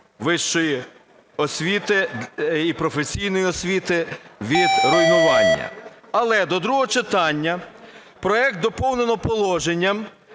вищої освіти і професійної освіти від руйнування. Але до другого читання проект доповнено положенням,